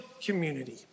community